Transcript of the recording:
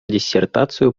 диссертацию